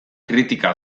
kritika